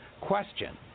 Question